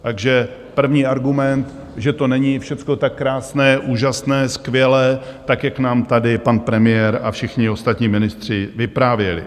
Takže první argument, že to není tak krásné, úžasné, skvělé, tak jak nám tady pan premiér a všichni ostatní ministři vyprávěli.